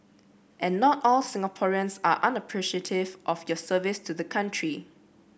and not all Singaporeans are unappreciative of your service to the country